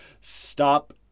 stop